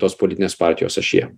tos politinės partijos ašyje